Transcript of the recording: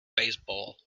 baseball